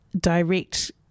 direct